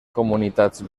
comunitats